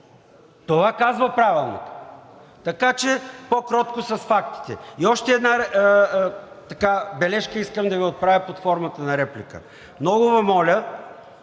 Това казва Правилникът. Така че, по-кротко с фактите. И още една бележка искам да Ви отправя под формата на реплика. Много Ви моля,